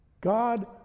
God